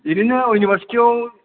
बेनिनो इउनिभारसिटियाव